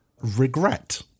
regret